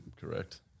correct